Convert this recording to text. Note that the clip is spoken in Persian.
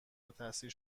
التحصیل